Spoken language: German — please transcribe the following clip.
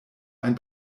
ein